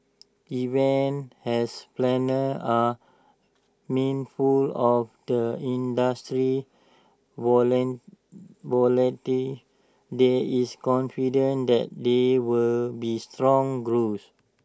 even as planners are mindful of the industry's there is confidence that there will be strong growth